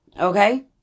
Okay